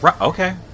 okay